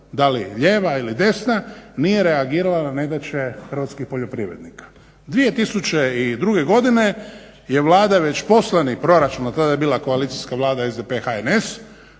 dali lijeva ili desna nije reagirala na nedaće hrvatskih poljoprivrednika. 2002. godine je Vlada već poslani proračun, a tada je bila koalicijska Vlada SDP, HNS,